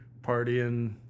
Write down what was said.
partying